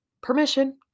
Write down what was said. Permission